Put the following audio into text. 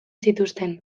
zituzten